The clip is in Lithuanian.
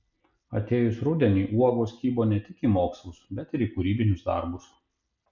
atėjus rudeniui uogos kibo ne tik į mokslus bet ir į kūrybinius darbus